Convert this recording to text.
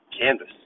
canvas